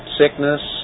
sickness